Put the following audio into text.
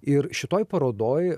ir šitoj parodoj